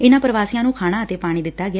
ਇਨ੍ਪਾ ਪ੍ਰਵਾਸੀਆ ਨੂੰ ਖਾਣਾ ਅਤੇ ਪਾਣੀ ਦਿੱਤਾ ਗਿਆ